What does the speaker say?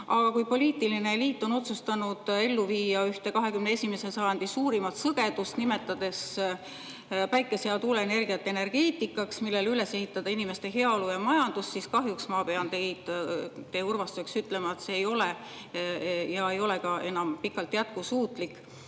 Aga kui poliitiline eliit on otsustanud ellu viia ühte 21. sajandi suurimat sõgedust, nimetades päikese‑ ja tuuleenergiat energeetikaks, millele üles ehitada inimeste heaolu ja majandus, siis kahjuks ma pean teie kurvastuseks ütlema, et see ei ole seda ja ei ole ka enam pikalt jätkusuutlik.